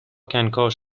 کنکاش